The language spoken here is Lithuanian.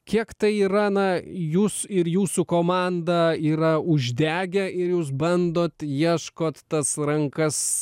kiek tai yra na jūs ir jūsų komanda yra uždegę ir jūs bandot ieškot tas rankas